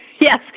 yes